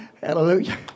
Hallelujah